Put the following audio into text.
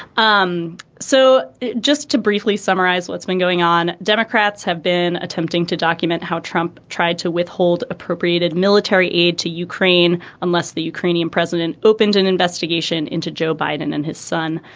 um so just to briefly summarize what's been going on, democrats have been attempting to document how trump tried to withhold appropriated military aid to ukraine unless the ukrainian president opened an investigation into joe biden and his son.